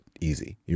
easy